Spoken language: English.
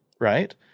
right